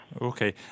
Okay